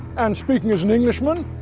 and speaking as an englishman,